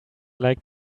like